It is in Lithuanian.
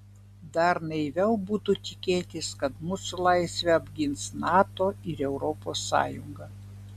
dar naiviau būtų tikėtis kad mūsų laisvę apgins nato ir europos sąjunga